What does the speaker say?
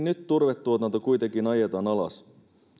nyt turvetuontanto kuitenkin ajetaan alas